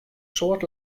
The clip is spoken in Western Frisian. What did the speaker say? soad